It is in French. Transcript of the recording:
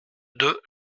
deux